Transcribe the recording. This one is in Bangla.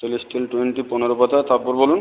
টেলিস্টে টোয়েন্টি পনেরো পাতা তারপর বলুন